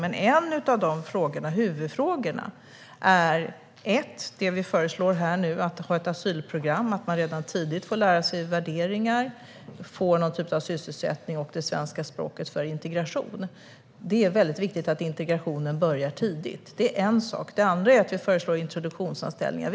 En av huvudfrågorna är det vi föreslår här nu om att ha ett asylprogram där man redan tidigt får lära sig värderingar, får någon typ av sysselsättning och får lära sig det svenska språket. Det är mycket viktigt att integrationen börjar tidigt. Det är en sak. Den andra är att vi föreslår introduktionsanställningar.